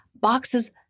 boxes